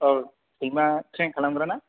सैमा थ्रेन खालामग्रा ना